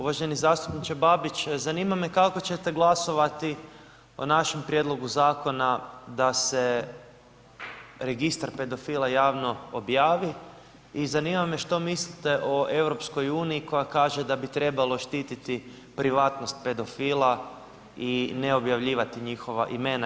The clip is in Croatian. Uvaženi zastupniče Babić, zanima me kako ćete glasovati o našem prijedlogu zakona da se registar pedofila javno objavi i zanima me što mislite o EU koja kaže da bi trebalo štititi privatnost pedofila i ne objavljivati njihova imena.